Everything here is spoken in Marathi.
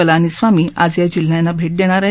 पलानीसामी आज या जिल्ह्यांना भेट देणार आहेत